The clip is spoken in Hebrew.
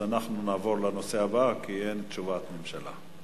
אנחנו נעבור לנושא הבא, כי אין תשובת ממשלה.